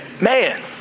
man